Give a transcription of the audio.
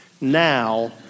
now